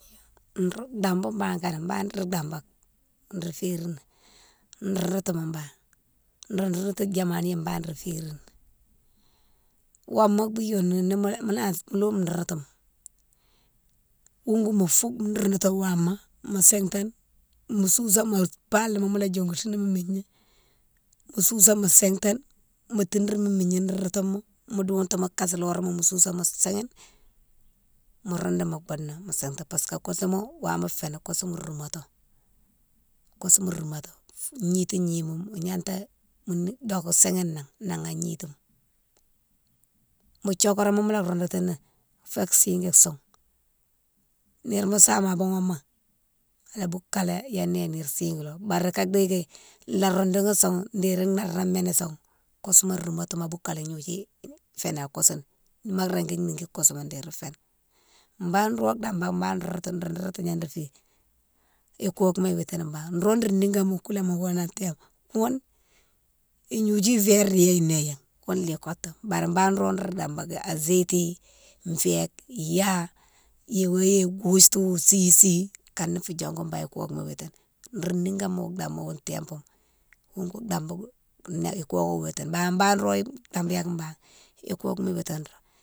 Dambou banne kanak, banne nro dambak nro férine roudoutouma banne, nro roudoutou diamaliyan banne nro férine, woma biyoni ni mo lome roudoutouma wougou mo foug, roudoutoutou wama mo sitane mo sousa mo balima mola yongoutini migha, mo sousa mo sitane mo tidrini migna roudoutouma mo doutouni mo kasiloréma mo sousa mo siyine mo roudou mo boudena mo siti parce que koussa wama féni, koussouma roumati, koussouma roumati, gnity gnima mo gnata doké siyine né nagha a gnitima. Mo thioroma mola roudoutini mo sigui soun, nire ma same a boughoune mo ala boukalé yané nire sikilo, bari ka diki la roudouni son déri naramini son, koussouma roumati, ma boukalé gnodji fénan koussou, ma régui niki koussou ma déri féni. Ba nro dambane mane roudoutou. nro roudoutou gna nro férine i kokouma witine banne, nro ro nigoma kouléma younou tempo younne ignodiou verdi yéyi né an younné kotou bari banne nro ro dambake, agéti, féke ya yého yé gostou, sisi kane fé diogou banne koko witi, nro nigoma wou dambou younne tempo younne, younne dambou ikoke wo witine, bari banne nro dambayake banne ikokouma witine nro.